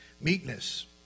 meekness